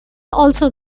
also